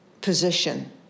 position